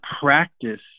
practice